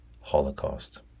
holocaust